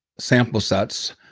sample sets,